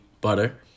butter